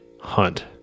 hunt